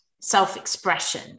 self-expression